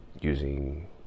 using